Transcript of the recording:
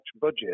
budget